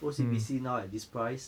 O_C_B_C now at this price